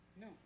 No